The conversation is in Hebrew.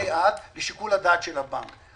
לעולמי עד לשיקול הדעת של הבנק.